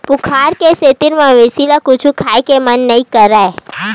बुखार के सेती मवेशी ल कुछु खाए के मन नइ करय